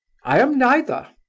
i am neither.